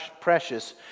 precious